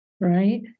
right